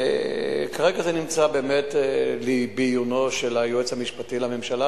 וכרגע זה נמצא באמת בעיונו של היועץ המשפטי לממשלה,